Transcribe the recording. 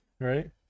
right